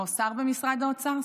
או שר במשרד האוצר,